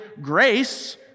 grace